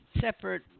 separate